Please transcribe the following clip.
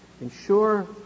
Ensure